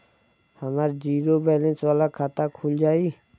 हमार zero balance वाला खाता खुल जाई?